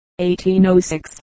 1806